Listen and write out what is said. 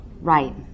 Right